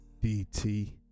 dt